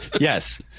yes